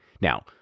Now